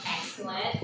excellent